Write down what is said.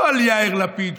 לא על יאיר לפיד,